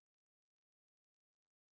you want to advise a student